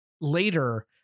later